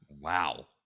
Wow